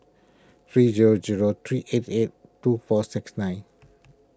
three zero zero three eight eight two four six nine